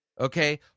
okay